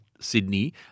Sydney